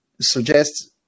suggest